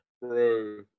Bro